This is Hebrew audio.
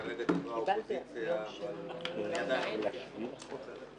כרגע האופוזיציה אבל אני עדיין אופוזיציה.